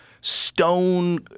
stone